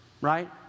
right